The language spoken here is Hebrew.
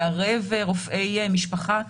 לערב רופאי משפחה.